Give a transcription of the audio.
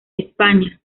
españa